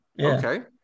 okay